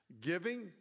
Giving